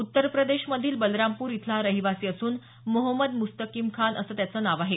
उत्तर प्रदेशमधील बलरामपूर इथला हा रहिवासी असून मोहम्मद मुस्तकीम खान असं त्याचं नाव आहे